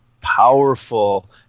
powerful